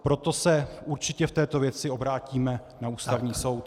Proto se určitě v této věci obrátíme na Ústavní soud.